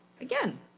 Again